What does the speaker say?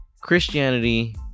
christianity